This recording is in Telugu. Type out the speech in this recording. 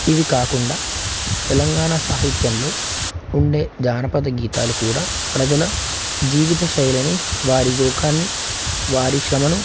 ఇవి కాకుండా తెలంగాణ సాహిత్యంలో ఉండే జానపద గీతాలు కూడా ప్రజల జీవిత శైలిని వారి దోకాన్ని వారి శ్రమను